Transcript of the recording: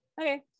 okay